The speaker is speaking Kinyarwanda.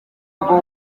bwo